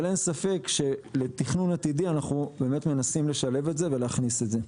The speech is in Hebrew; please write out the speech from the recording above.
אבל אין ספק שלתכנון עתידי אנחנו מנסים לשלב את זה ולהכניס את זה.